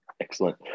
Excellent